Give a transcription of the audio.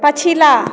पछिला